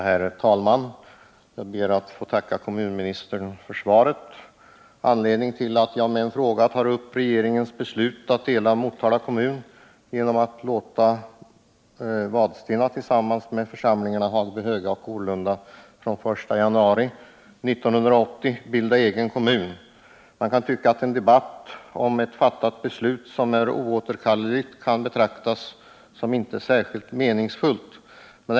Herr talman! Jag ber att få tacka kommunministern för svaret. Jag har i min fråga tagit upp regeringens beslut att dela Motala kommun genom att låta Vadstena tillsammans med församlingarna Hagebyhöga och Orlunda från den 1 januari 1980 bilda egen kommun. En debatt om ett fattat beslut, som är oåterkalleligt, kanske kan betraktas som inte särskilt meningsfull.